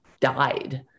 died